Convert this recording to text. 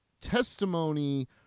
testimony